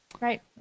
right